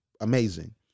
amazing